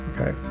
Okay